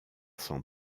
s’en